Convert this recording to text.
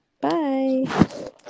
Bye